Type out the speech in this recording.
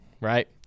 right